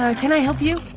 ah can i help you?